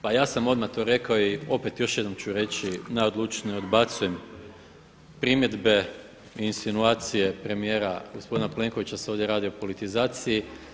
Pa ja sam odmah to rekao i opet još jednom ću reći najodlučnije odbacujem primjedbe i insinuacije premijera gospodina Plenkovića da se ovdje radi o politizaciji.